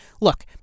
Look